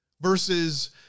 versus